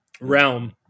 realm